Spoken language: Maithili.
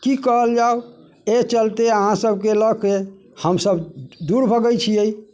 कि करल जाउ एहि चलिते अहाँसबके लऽ कऽ हमसब दूर भगै छिए